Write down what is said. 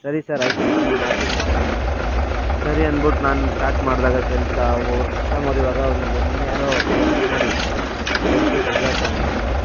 ಸರಿ ಸರ್ ಆಯಿತು ನಾನು ಮಾಡ್ತೀನಂತ ಹೇಳ್ದೆ ಸರಿ ಅನ್ಬುಟ್ಟು ನಾನು ಸ್ಟಾರ್ಟ್ ಮಾಡಿದಾಗ ಕೆಲಸ ಒಬ್ಬೊಬ್ರು ಕಸ್ಟಮರ್ ಇವಾಗ ಒಂದು ಮೊನ್ನೆ ಯಾರೋ ಒಬ್ಬರು ಬುಕ್ ಮಾಡಿದ್ದರು ಅವ್ರ ಹೆಸ್ರು ಸುಜಾತ ಅಂದುಬಿಟ್ಟು